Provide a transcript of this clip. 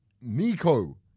Nico